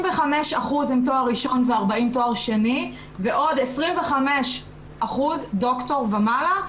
35% עם תואר ראשון ו-40% תואר שני ועוד 25% דוקטור ומעלה,